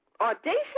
Audacious